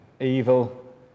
Evil